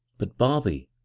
but, bobby,